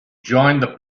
joined